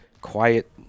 quiet